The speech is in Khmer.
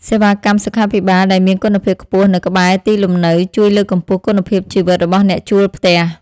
សេវាកម្មសុខាភិបាលដែលមានគុណភាពខ្ពស់នៅក្បែរទីលំនៅជួយលើកកម្ពស់គុណភាពជីវិតរបស់អ្នកជួលផ្ទះ។